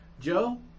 Joe